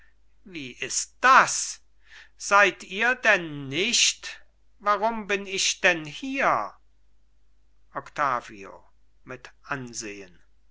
wie ist das seid ihr denn nicht warum bin ich denn hier octavio mit ansehen